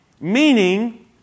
Meaning